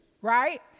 right